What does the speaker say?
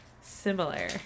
Similar